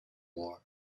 war